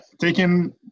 Taking